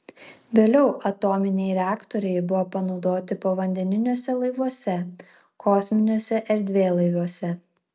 vėliau atominiai reaktoriai buvo panaudoti povandeniniuose laivuose kosminiuose erdvėlaiviuose